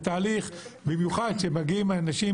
זה תהליך, במיוחד כשמגיעים אנשים